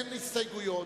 אין הסתייגויות.